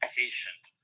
patient